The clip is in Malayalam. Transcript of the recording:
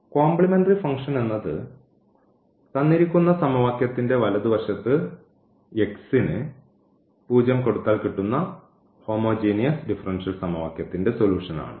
കോംപ്ലിമെൻററി ഫംഗ്ഷൻ എന്നത് തന്നിരിക്കുന്ന സമവാക്യത്തിൻറെ വലതുവശത്ത് ന് 0 കൊടുത്താൽ കിട്ടുന്ന ഹോമോജീനിയസ് ഡിഫറൻഷ്യൽ സമവാക്യത്തിൻറെ സൊലൂഷൻ ആണ്